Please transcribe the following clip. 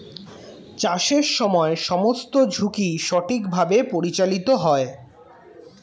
চাষের সময় সমস্ত ঝুঁকি সঠিকভাবে পরিচালিত হয়